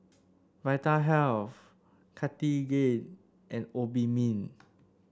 Vitahealth Cartigain and Obimin